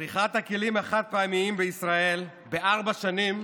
צריכת הכלים החד-פעמיים בישראל בארבע שנים